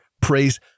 praise